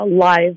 live